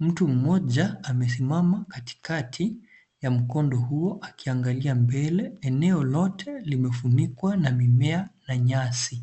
Mtu mmoja amesimama katikati ya mkondo huo akiangalia mbele. Eneo lote limefunikwa na mimea na nyasi.